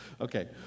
Okay